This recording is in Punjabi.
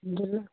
ਜੀ